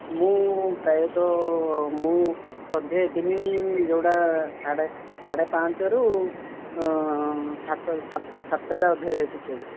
ମୁଁ ପ୍ରାୟତଃ ମୁଁ ଅଧେଦିନ ଯେଉଁଟା ସାଢ଼େ ସାଢ଼େ ପାଞ୍ଚରୁ ସାତ ସାତ ସାତଟା ଅଧେ ଯାଏ ଶିଖାଇବି